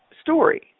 story